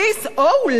או אולי